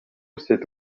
c’est